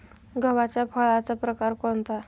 गव्हाच्या फळाचा प्रकार कोणता?